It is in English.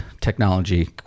technology